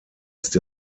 ist